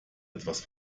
etwas